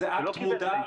הם לא קיבלו את האישור.